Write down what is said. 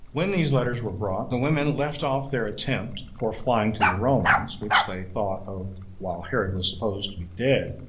when these letters were brought, the women left off their attempt for flying to the romans, which they thought of while herod was supposed to be dead